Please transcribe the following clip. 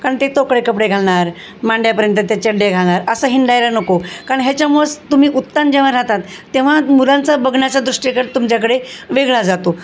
कारण ते तोकडे कपडे घालणार मांड्यापर्यंत त्या चड्ड्या घालणार असं हिंडायला नको कारण ह्याच्यामुळेच तुम्ही उत्तन जेव्हा राहतात तेव्हा मुलांचा बघण्याचा दृष्टीकोन तुमच्याकडे वेगळा जातो